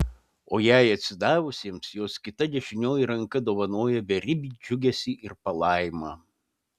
o jai atsidavusiems jos kita dešinioji ranka dovanoja beribį džiugesį ir palaimą